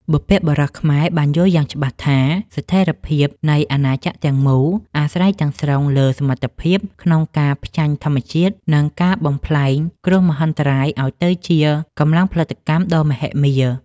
បុព្វបុរសខ្មែរបានយល់យ៉ាងច្បាស់ថា ស្ថិរភាពនៃអាណាចក្រទាំងមូលអាស្រ័យទាំងស្រុងលើសមត្ថភាពក្នុងការផ្ចាញ់ធម្មជាតិ និងការបំប្លែងគ្រោះមហន្តរាយឱ្យទៅជាកម្លាំងផលិតកម្មដ៏មហិមា។